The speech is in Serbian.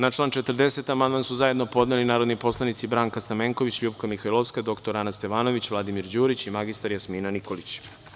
Na član 40. amandman su zajedno podneli narodni poslanici Branka Stamenković, LJupka Mihajlovska, dr Ana Stevanović, Vladimir Đurić i mr Jasmina Nikolić.